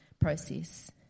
process